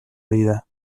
vida